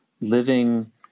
living